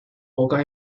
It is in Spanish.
pocas